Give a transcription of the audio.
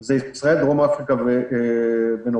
והן ישראל, דרום-אפריקה ונורבגיה.